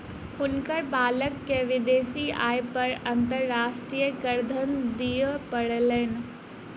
हुनकर बालक के विदेशी आय पर अंतर्राष्ट्रीय करधन दिअ पड़लैन